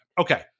Okay